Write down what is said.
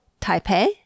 Taipei